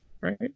Right